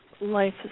Life